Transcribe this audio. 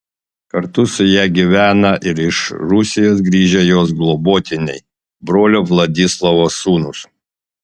kartu su ja gyvena ir iš rusijos grįžę jos globotiniai brolio vladislovo sūnūs